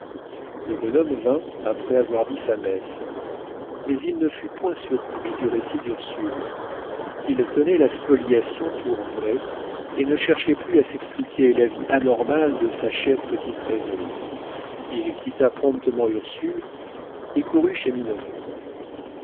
le bonhomme vint après avoir dit sa messe mais il ne fut point surpris du récit d'ursule il tenait la spoliation pour vraie et ne cherchait plus à s'expliquer la vie anormale de sa chère petite rêveuse il quitta promptement ursule et courut chez